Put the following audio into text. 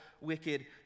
wicked